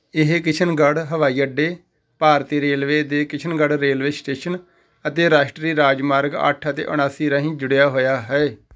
ਇਹ ਕਿਸ਼ਨਗੜ੍ਹ ਹਵਾਈ ਅੱਡੇ ਭਾਰਤੀ ਰੇਲਵੇ ਦੇ ਕਿਸ਼ਨਗੜ੍ਹ ਰੇਲਵੇ ਸ਼ਟੇਸ਼ਨ ਅਤੇ ਰਾਸ਼ਟਰੀ ਰਾਜਮਾਰਗ ਅੱਠ ਅਤੇ ਉਣਾਸੀ ਰਾਹੀਂ ਜੁੜਿਆ ਹੋਇਆ ਹੈ